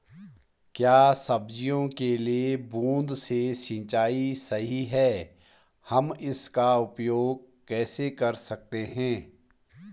क्या सब्जियों के लिए बूँद से सिंचाई सही है हम इसका उपयोग कैसे कर सकते हैं?